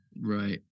Right